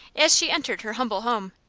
as she entered her humble home.